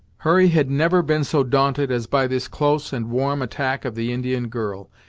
hurry had never been so daunted as by this close and warm attack of the indian girl.